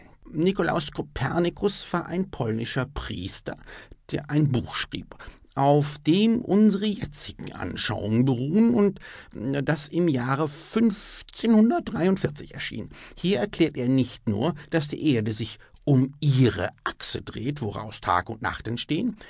nikolaus kopernikus war ein polnischer priester der ein buch schrieb auf dem unsere jetzigen anschauungen beruhen und das im jahre erschien hier erklärt er nicht nur daß die erde sich um ihre achse dreht woraus tag und nacht entstehen